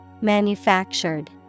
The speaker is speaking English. Manufactured